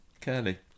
Curly